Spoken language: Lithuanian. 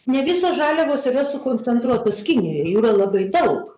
ne visos žaliavos yra sukoncentruotos kinijoj jų yra labai daug